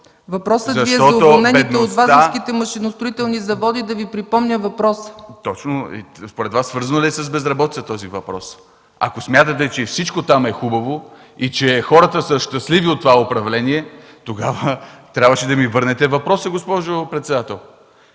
Въпросът Ви е за уволнените от Вазовските машиностроителни заводи – да Ви припомня въпроса! ДРАГОМИР СТОЙНЕВ: Според Вас този въпрос свързан ли е с безработицата? Ако смятате, че всичко там е хубаво и че хората са щастливи от това управление, тогава трябваше да ми върнете въпроса, госпожо председател.